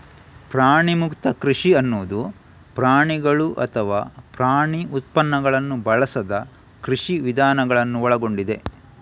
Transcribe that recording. ಪ್ರಾಣಿಮುಕ್ತ ಕೃಷಿ ಅನ್ನುದು ಪ್ರಾಣಿಗಳು ಅಥವಾ ಪ್ರಾಣಿ ಉತ್ಪನ್ನಗಳನ್ನ ಬಳಸದ ಕೃಷಿ ವಿಧಾನಗಳನ್ನ ಒಳಗೊಂಡಿದೆ